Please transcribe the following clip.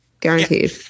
guaranteed